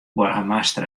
boargemaster